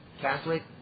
Catholic